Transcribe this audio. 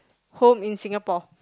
home is Singapore